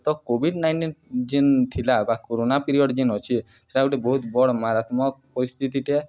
ତ COVID nineteen ଯେନ୍ ଥିଲା ବା କରୋନା ପିରିଅଡ଼୍ ଯେନ୍ ଅଛେ ସେଟା ଗୁଟେ ବହୁତ୍ ବଡ଼୍ ମାରାତ୍ମକ୍ ପରିସ୍ଥିତିଟେ ଆଏ